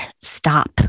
stop